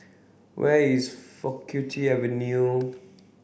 where is Faculty Avenue